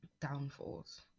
downfalls